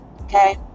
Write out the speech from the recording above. okay